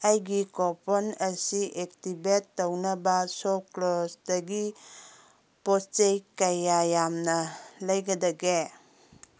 ꯑꯩꯒꯤ ꯀꯣꯄꯟ ꯑꯁꯤ ꯑꯦꯛꯇꯤꯕꯦꯠ ꯇꯧꯅꯕ ꯁꯣꯀ꯭ꯂꯣꯁꯇꯒꯤ ꯄꯣꯠ ꯆꯩ ꯀꯌꯥ ꯌꯥꯝꯅ ꯂꯩꯒꯗꯒꯦ